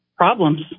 problems